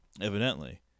Evidently